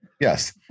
Yes